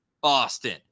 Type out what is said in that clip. Boston